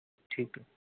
ਠੀਕ ਹੈ